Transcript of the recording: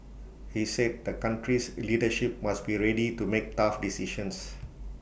he said the country's leadership must be ready to make tough decisions